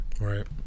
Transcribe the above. right